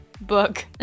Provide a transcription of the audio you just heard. book